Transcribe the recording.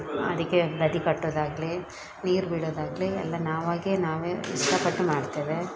ಅದಕ್ಕೆ ಬದಿ ಕಟ್ಟೋದಾಗಲಿ ನೀರು ಬಿಡೋದಾಗಲಿ ಎಲ್ಲ ನಾವಾಗೇ ನಾವೇ ಇಷ್ಟಪಟ್ಟು ಮಾಡ್ತೇವೆ